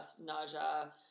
nausea